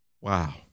Wow